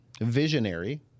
Visionary